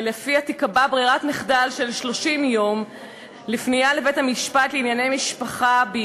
שלפיה תיקבע ברירת מחדל של 30 יום לפנייה לבית-המשפט לענייני משפחה.